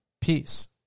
Peace